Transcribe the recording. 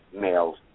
males